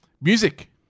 Music